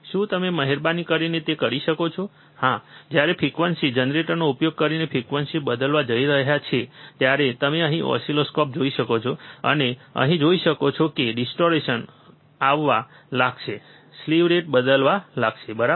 શું તમે મહેરબાની કરીને તે કરી શકો છો હા જ્યારે તે ફ્રીક્વન્સી જનરેટરનો ઉપયોગ કરીને ફ્રીક્વન્સી બદલવા જઈ રહ્યો છે ત્યારે તમે અહીં ઓસિલોસ્કોપ જોઈ શકો છો અને તમે અહીં જોઈ શકો છો કે ડિસ્ટોરેશન આવવા લાગશે સ્લીવ રેટ બદલાવા લાગશે બરાબર